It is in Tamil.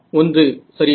1 சரியா